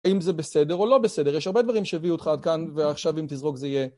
אם זה בסדר או לא בסדר, יש הרבה דברים שהביאו אותך עד כאן, ועכשיו אם תזרוק זה יהיה.